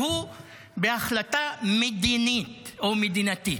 והוא בהחלטה מדינית או מדינתית.